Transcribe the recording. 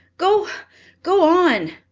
go go on!